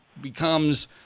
becomes